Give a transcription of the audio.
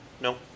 No